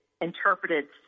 interpreted